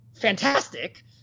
fantastic